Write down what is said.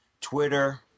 Twitter